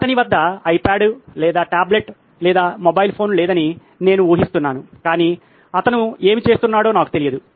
అతని వద్ద ఐప్యాడ్ లేదా టాబ్లెట్ లేదా మొబైల్ ఫోన్ లేదని నేను ఊహిస్తున్నాను కాని అతను ఏమి చేస్తున్నాడో నాకు తెలియదు